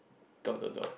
dot dot dot